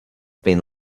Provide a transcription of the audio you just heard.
been